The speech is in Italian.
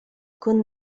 con